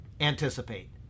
anticipate